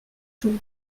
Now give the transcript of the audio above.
jours